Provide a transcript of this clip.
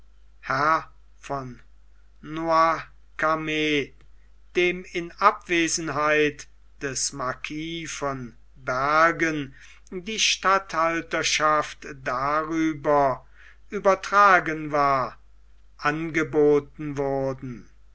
von noircarmes dem in abwesenheit des marquis von bergen die statthalterschaft darüber übertragen war angeboten wurden